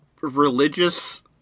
religious